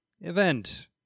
event